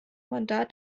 mandat